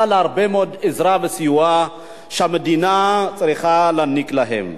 להרבה מאוד עזרה וסיוע שהמדינה צריכה להעניק להם.